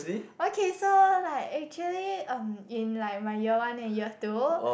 okay so like actually um in like my year one and year two